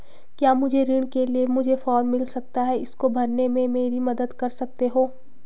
क्या मुझे ऋण के लिए मुझे फार्म मिल सकता है इसको भरने में मेरी मदद कर सकते हो?